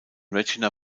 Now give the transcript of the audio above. regina